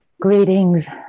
Greetings